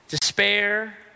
despair